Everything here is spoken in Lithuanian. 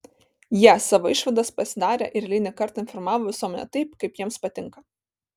jie savo išvadas pasidarė ir eilinį kartą informavo visuomenę taip kaip jiems patinka